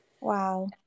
Wow